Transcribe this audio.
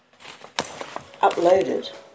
uploaded